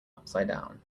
upsidedown